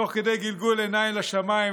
תוך כדי גלגול עיניים לשמיים,